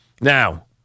Now